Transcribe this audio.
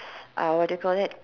uh what did you call that